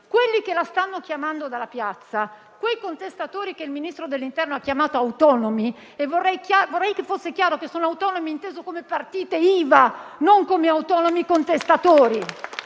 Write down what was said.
quelli che la stanno chiamando dalla piazza, quei contestatori che il Ministro dell'interno ha chiamato «autonomi». Vorrei fosse chiaro che sono «autonomi» da intendere come partite IVA, non come autonomi contestatori,